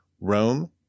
Rome